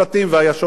והיושב-ראש היה פה,